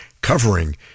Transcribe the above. covering